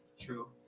true